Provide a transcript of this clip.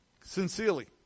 sincerely